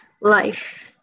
life